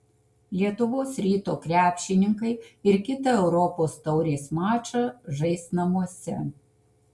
lietuvos ryto krepšininkai ir kitą europos taurės mačą žais namuose